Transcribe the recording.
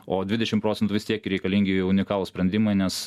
o dvidešim procentų vis tiek reikalingi unikalūs sprendimai nes